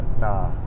nah